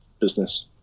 business